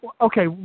Okay